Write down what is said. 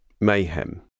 mayhem